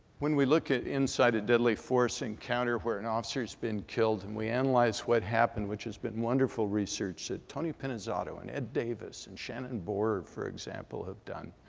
when we look inside a deadly force encounter where an officer's been killed and we analyze what's happened which has been wonderful research that tony pinizzotto and ed davis and sharon and bohrer, for example, have done